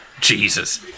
Jesus